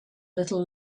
little